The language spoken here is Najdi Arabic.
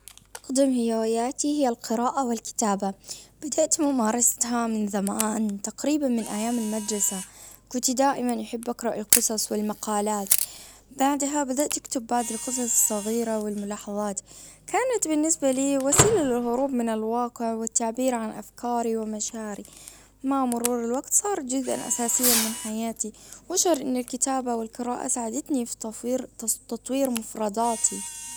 أقدم هواياتي هي القراءة والكتابة بدأت ممارستها من زمان تقريبا من ايام المدرسة كنت دائما احب اقرأ القصص والمقالات بعدها بدأت اكتب بعض القصص الصغيرة والملاحظات كانت بالنسبة لي وسيلة للهروب من الواقع والتعبير عن افكاري ومشاعري مع مرور الوقت صار جزءا اساسيا من حياتي وأشعر ان الكتابة والقراءة ساعدتني في تطوير مفرداتي.